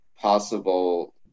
possible